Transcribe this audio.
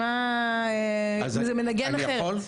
זה מנגן אחרת.